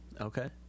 Okay